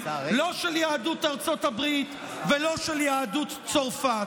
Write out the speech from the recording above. לא של יהדות ארצות הברית ולא של יהדות צרפת.